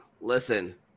Listen